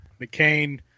McCain